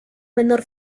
menor